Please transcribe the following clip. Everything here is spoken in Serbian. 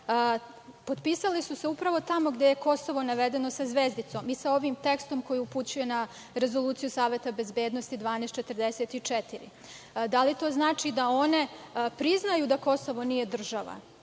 potpisali su se upravo tamo gde je Kosovo navedeno sa zvezdicom i sa ovim tekstom koje upućuje na Rezoluciju Saveta bezbednosti 1244. Da li to znači da one priznaju da Kosovo nije država